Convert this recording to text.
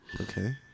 Okay